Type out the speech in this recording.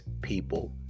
people